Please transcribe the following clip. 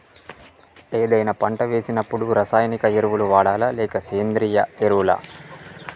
ఏదైనా పంట వేసినప్పుడు రసాయనిక ఎరువులు వాడాలా? లేక సేంద్రీయ ఎరవులా?